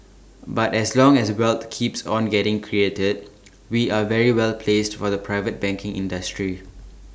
but as long as wealth keeps on getting created we are very well placed for the private banking industry